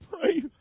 Pray